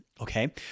okay